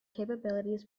capabilities